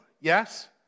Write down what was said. yes